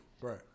Right